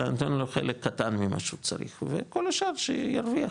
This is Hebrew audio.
אלא אני נותן לו חלק קטן ממה שהוא צריך וכל השאר שירוויח